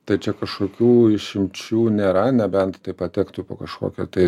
tai čia kažkokių išimčių nėra nebent tai patektų po kažkokia tai